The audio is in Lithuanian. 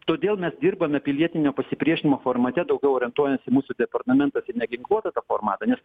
todėl mes dirbame pilietinio pasipriešinimo formate daugiau orientuojasi mūsų departamentas į neginkluotą tą formatą nes